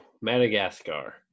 Madagascar